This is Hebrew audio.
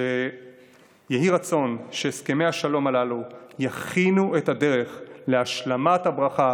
יהי רצון שהסכמי השלום הללו יכינו את הדרך להשלמת הברכה